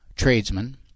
Tradesmen